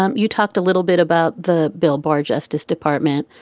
um you talked a little bit about the bill bar justice department.